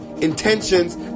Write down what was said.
intentions